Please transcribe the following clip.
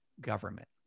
government